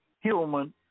human